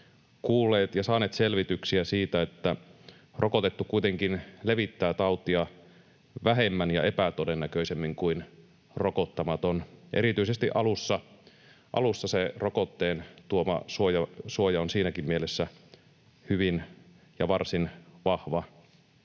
kuulleet ja saaneet selvityksiä siitä, että rokotettu kuitenkin levittää tautia vähemmän ja epätodennäköisemmin kuin rokottamaton. Erityisesti alussa rokotteen tuoma suoja on siinäkin mielessä hyvin ja varsin vahva.